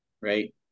right